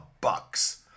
bucks